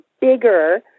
bigger